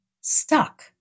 stuck